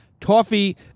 Toffee